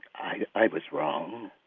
i was wrong